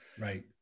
Right